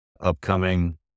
upcoming